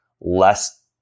less